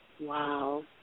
Wow